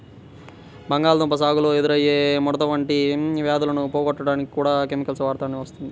బంగాళాదుంప సాగులో ఎదురయ్యే ముడత వంటి వ్యాధులను పోగొట్టడానికి కూడా కెమికల్స్ వాడాల్సి వస్తుంది